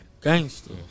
Gangster